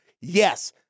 Yes